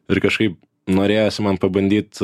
ir kažkaip norėjosi man pabandyt